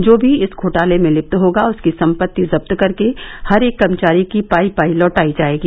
जो भी इस घोटाले में लिप्त होगा उसकी सम्पत्ति जब्त करके हर एक कर्मचारी की पाई पाई लौटायी जाएगी